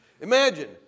Imagine